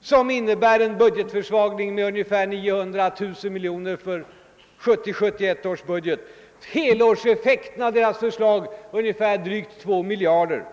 som innebär en budgetförsvagning på 900—1 000 miljoner för 1970/71 års budget och med en helårseffekt på drygt två miljarder.